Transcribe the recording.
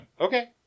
Okay